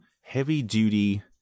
heavy-duty